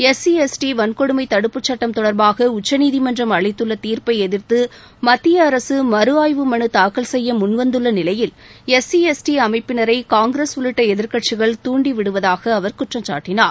SC ST வன்கொடுமை தடுப்பு சட்டம் தொடர்பாக உச்சநீதிமன்றம் அளித்துள்ள தீர்ப்பை எதிர்த்து மத்திய அரசு மறுஆய்வு மனு தாக்கல் செய்ய முன்வந்துள்ள நிலையில் எஸ்சி எஸ்டி அமைப்பினரை காங்கிரஸ் உள்ளிட்ட எதிர்கட்சிகள் தூண்டிவிடுவதாக அவர் குற்றம்சாட்டினார்